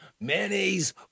mayonnaise